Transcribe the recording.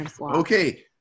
Okay